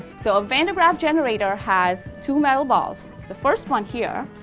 so a van der graaf generator has two metal balls. the first one here,